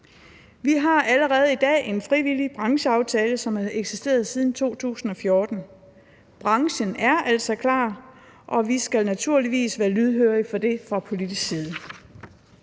Vi har allerede i dag en frivillig brancheaftale, som har eksisteret siden 2014. Branchen er altså klar, og vi skal naturligvis været lydhøre over for det fra politisk side.